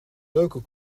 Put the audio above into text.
leuke